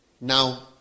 Now